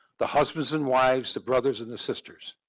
the husbands and wives, the brothers and the sisters.